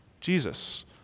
Jesus